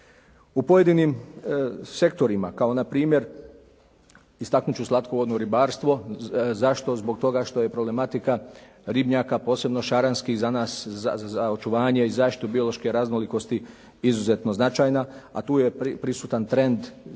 U pojedinim sektorima kao npr. istaknut ću slatkovodno ribarstvo. Zašto? Zbog toga što je problematika ribnjaka posebno šaranskih za nas, za očuvanje biološke raznolikosti izuzetno značajna, a tu je prisutan trend smanjenja